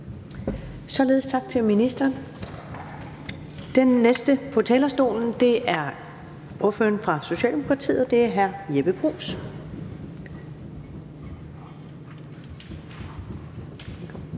Således tak til ministeren. Den næste på talerstolen er ordføreren for Socialdemokratiet. Det er hr. Jeppe Bruus.